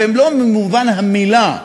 במלוא מובן המילה.